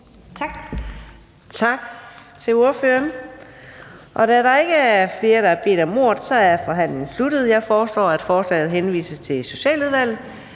Tak til ordføreren. Da der ikke er flere, der har bedt om ordet, er forhandlingen sluttet. Jeg foreslår, at forslaget henvises til Socialudvalget.